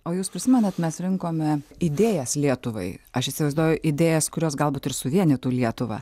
o jūs prisimenat mes rinkome idėjas lietuvai aš įsivaizduoju idėjas kurios galbūt ir suvienytų lietuvą